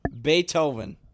Beethoven